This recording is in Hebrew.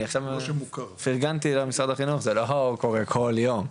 אני עכשיו פרגנתי למשרד החינוך זה לא קורה כל יום,